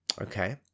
okay